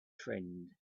friend